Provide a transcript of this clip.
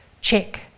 Check